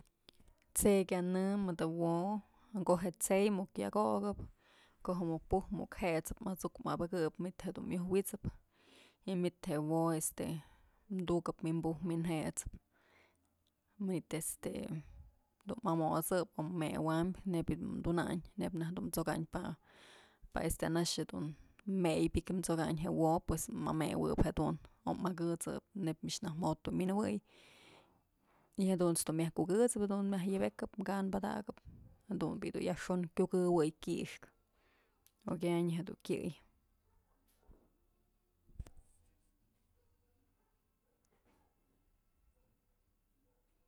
T'sey kyanë mëdë wo'o je'e t'sey muk yak okëp ko'o je'e muk puj ko'o muk jet'sëp at'suk abëkëp manytë jedun myoj wit'sëp ymyt je'e wo'o este tukëp wi'in buj wi'in jet'sëp y myt este du'u amot'sëp o mëwayn neyb jedun tunayn neyb dun najk t'sokayn pa este anaxë dun meëx bëk t'sokayn je'e wo'o pues ma'a mëwëp jedun o ma'a kësëp neybmich najk jo'ot dun wi'in jëwëy y jadut's dun myak ku kësëp jadun myaj yëbëkëp kan pëdakëp jadun bi'i dun yajxon kyukëwëy kyxkë okyanyë jedun kyëy.